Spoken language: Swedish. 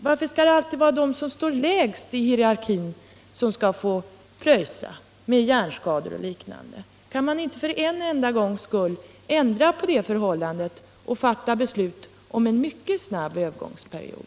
Varför skall det alltid vara de som står lägst i hierarkin som måste betala — med hjärnskador och liknande? Kunde man inte för en enda gångs skull ändra på det förhållandet och fatta beslut om en mycket kort övergångsperiod?